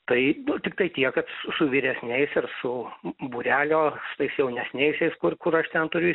tai nu tiktai tiek kad su vyresniais ir su būrelio šitais jaunesniaisiais kur kur aš ten turiu